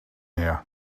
here